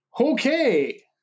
Okay